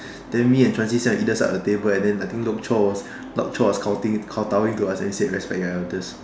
then me and Josie sit on either side of the table then I think lok-Cho lok-Cho was kowtow kowtowinging to us to say respect the elders